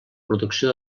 producció